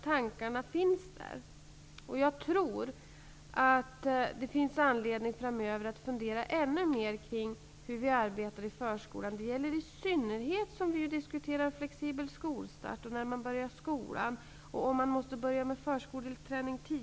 Tankarna finns, och jag tror att det framöver kommer att finnas anledning att ännu mer fundera kring hur det arbetas i förskolan, i synnerhet som vi diskuterar flexibel skolstart och tidigare förskoleträning.